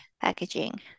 packaging